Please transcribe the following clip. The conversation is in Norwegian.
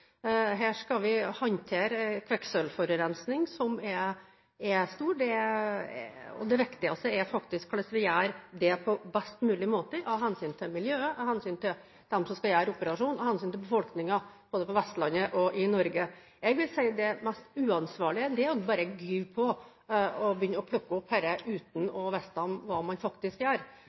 Her skal vi håndtere en kvikksølvforurensning – som er stor. Det viktigste er faktisk hvordan vi gjør det på best mulig måte av hensyn til miljøet, av hensyn til dem som skal gjøre operasjonen, og av hensyn til befolkningen både på Vestlandet og i resten av Norge. Jeg vil si at det mest uansvarlige er bare å gyve på og begynne å plukke opp dette uten å vite hva man faktisk gjør.